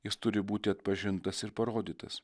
jis turi būti atpažintas ir parodytas